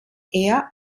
eher